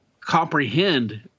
comprehend